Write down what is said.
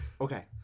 okay